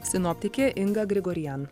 sinoptikė inga grigorian